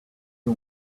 you